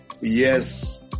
yes